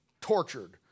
tortured